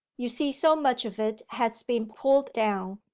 you see so much of it has been pulled down,